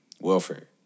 welfare